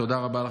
תודה רבה לך,